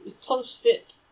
close-fit